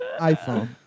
iPhone